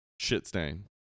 Shit-stain